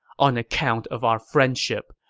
on account of our friendship,